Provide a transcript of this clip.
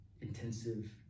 intensive